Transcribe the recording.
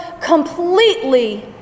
completely